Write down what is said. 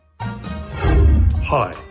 Hi